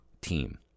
team